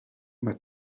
mae